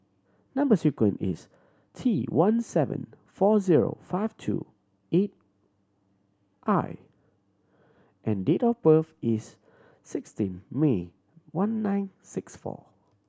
number sequence is T one seven four zero five two eight I and date of birth is sixteen May one nine six four